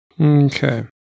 Okay